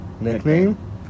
Nickname